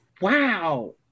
Wow